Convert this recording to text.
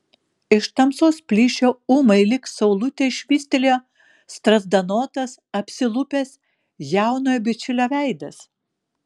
iš tamsos plyšio ūmai lyg saulutė švystelėjo strazdanotas apsilupęs jaunojo bičiulio veidas